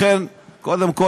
קודם כול,